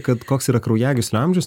kad koks yra kraujagyslių amžius